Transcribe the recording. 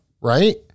right